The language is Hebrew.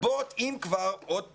לגבות, אם כבר עוד פעם,